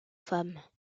femmes